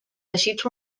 teixits